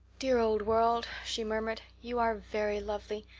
dear old world, she murmured, you are very lovely,